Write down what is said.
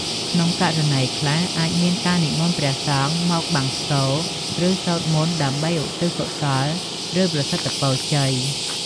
ក្នុងករណីខ្លះ អាចមានការនិមន្តព្រះសង្ឃមកបង្សុកូល ឬសូត្រមន្តដើម្បីឧទ្ទិសកុសល ឬប្រសិទ្ធពរជ័យ។